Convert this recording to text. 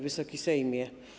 Wysoki Sejmie!